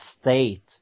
state